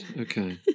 okay